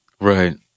Right